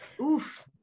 Oof